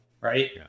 Right